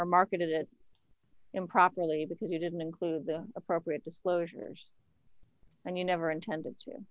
or marketed it improperly because you didn't include the appropriate disclosures and you never intended to